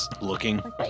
looking